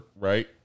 right